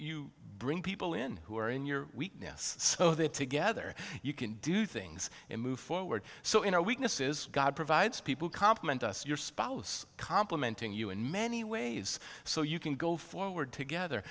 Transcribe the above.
you bring people in who are in your weakness so that together you can do things and move forward so in our weaknesses god provides people complement us your spouse complimenting you in many ways so you can go forward together